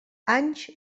anys